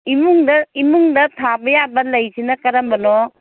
ꯏꯃꯨꯡꯗ ꯏꯃꯨꯡꯗ ꯊꯥꯕ ꯌꯥꯕ ꯂꯩꯁꯤꯅ ꯀꯔꯝꯕꯅꯣ